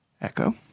Echo